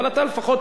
אבל אתה לפחות,